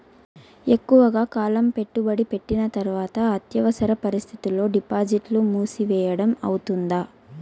ఎక్కువగా కాలం పెట్టుబడి పెట్టిన తర్వాత అత్యవసర పరిస్థితుల్లో డిపాజిట్లు మూసివేయడం అవుతుందా?